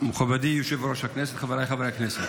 מכובדי יושב-ראש הכנסת,